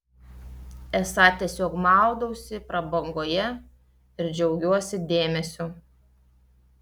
esą tiesiog maudausi prabangoje ir džiaugiuosi dėmesiu